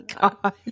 god